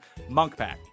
Monkpack